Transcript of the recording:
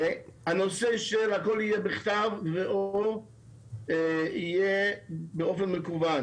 הנושא של הכול יהיה בכתב או יהיה באופן מקוון